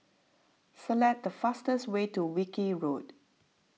select the fastest way to Wilkie Road